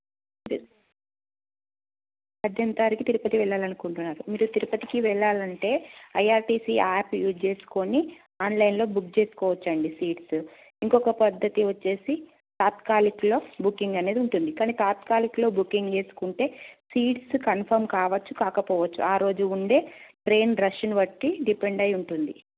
పద్దెనిమిది తారికుకి తిరుపతికి వెళ్ళాలనుకుంటున్నారు మీరు తిరుపతికి వెళ్ళాలనుకుంటున్నారు మీరు తిరుపతికి వెళ్ళాలంటే ఐఆర్టిసి యాప్ యూజ్ చేసుకుని ఆన్లైన్లో బుక్ చేసుకోవచ్చండి సీట్స్ ఇంకొక పద్ధతి వచ్చేసి తాత్కాలిక్లో బుకింగ్ అనేది ఉంటుంది కానీ తత్కాలిక్లో బుకింగ్ చేసుకుంటే సీట్స్ కన్ఫమ్ కావచ్చు కాకపోవచ్చు ఆరోజు ఉండే ట్రైన్ రష్ను బట్టి డీపెండ్ అయ్యి ఉంటుంది